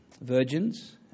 virgins